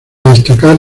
destacar